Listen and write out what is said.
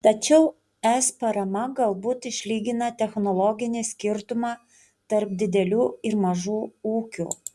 tačiau es parama galbūt išlygina technologinį skirtumą tarp didelių ir mažų ūkių